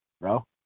bro